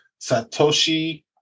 satoshi